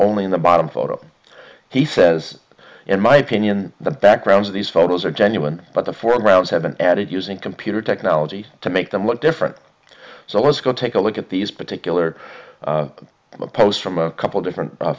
only in the bottom photo he says in my opinion the backgrounds of these photos are genuine but the foreground have been added using computer technology to make them look different so let's go take a look at these particular post from a couple different